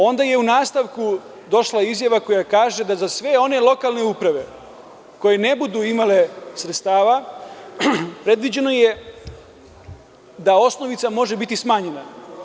Onda je u nastavku došla izjava koja kaže da za sve one lokalne uprave koje ne budu imale sredstava, predviđeno je da osnovica može biti smanjena.